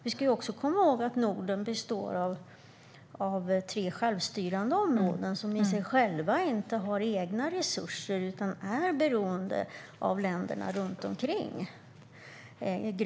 Vi ska också komma ihåg att Norden består av tre självstyrande områden som inte har egna resurser utan är beroende av länderna runt omkring.